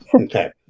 Okay